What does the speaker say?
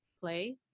play